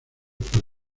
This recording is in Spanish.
por